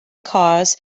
cars